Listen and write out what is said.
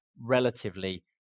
relatively